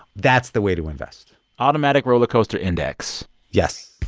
that's the way to invest automatic roller coaster index yes